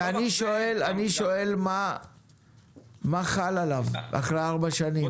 ואני שואל מה חל עליו אחרי ארבע שנים?